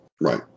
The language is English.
right